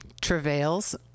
travails